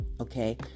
okay